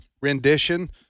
rendition